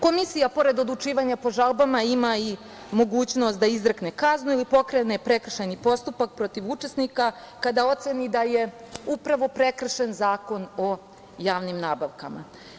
Komisija pored odlučivanja po žalbama ima i mogućnost da izrekne kaznu i pokrene prekršajni postupak protiv učesnika kada oceni da je upravo prekršen Zakon o javnim nabavkama.